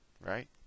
right